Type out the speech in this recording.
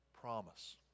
promise